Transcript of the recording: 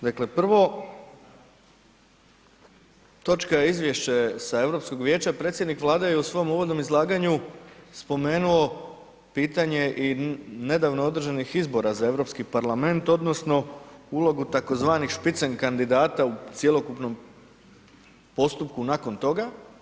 Dakle prvo, točka je izvješće sa Europskog vijeća, predsjednik Vlade je u svom uvodnom izlaganju spomenuo pitanje i nedavno održanih izbora za Europski parlament odnosno ulogu tzv. špicen kandidata u cjelokupnom postupku nakon toga.